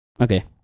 Okay